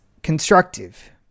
constructive